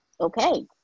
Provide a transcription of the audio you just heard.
Okay